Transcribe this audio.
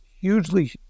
hugely